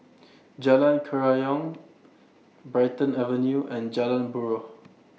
Jalan Kerayong Brighton Avenue and Jalan Buroh